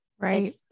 Right